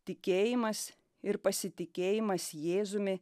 tikėjimas ir pasitikėjimas jėzumi